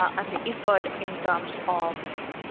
um and the effort in terms of